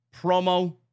promo